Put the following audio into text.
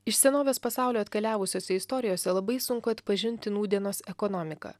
iš senovės pasaulio atkeliavusiose istorijose labai sunku atpažinti nūdienos ekonomiką